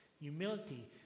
humility